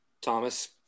thomas